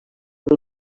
del